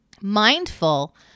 Mindful